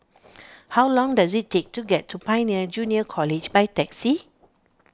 how long does it take to get to Pioneer Junior College by taxi